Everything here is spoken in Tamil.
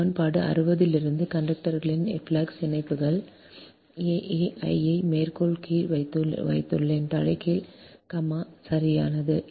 சமன்பாடு 60 இலிருந்து கண்டக்டரின் ஃப்ளக்ஸ் இணைப்புகள் a a ஐ மேற்கோள் கீழ் வைத்துள்ளேன் தலைகீழ் கமா சரியானது